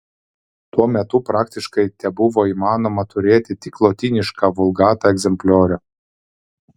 tuo metu praktiškai tebuvo įmanoma turėti tik lotynišką vulgata egzempliorių